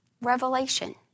Revelation